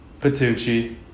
Petucci